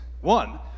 One